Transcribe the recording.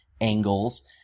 angles